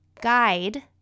guide